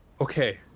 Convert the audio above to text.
okay